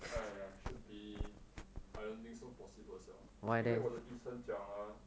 !aiya! should be I don't think so possible sia 因为我的医生讲 ah